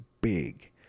big